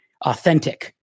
authentic